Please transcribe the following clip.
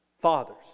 Fathers